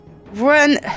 run